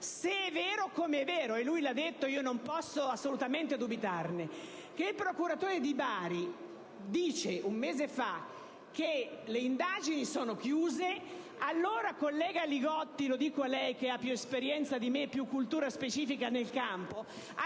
se è vero com'è vero - lui lo ha detto e non posso assolutamente dubitarne - che il procuratore di Bari un mese fa ha detto che le indagini erano chiuse, allora, collega Li Gotti - lo dico a lei che ha più esperienza e più cultura specifica nel campo -